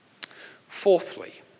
fourthly